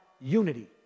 unity